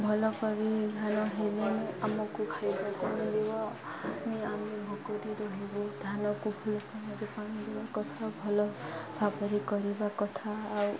ଭଲ କରି ଧାନ ହେଲେନେ ଆମକୁ ଖାଇବାକୁ ମିଳିବ ନି ଆମେ ଭୋକରେ ରହିବୁ ଧାନକୁ ଭଲ ସମୟରେ ପାଣି ଦେବା କଥା ଭଲ ଭାବରେ କରିବା କଥା ଆଉ